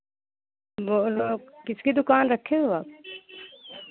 वो लोग किसकी दुकान रखे हो आप